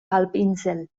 halbinsel